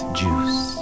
juice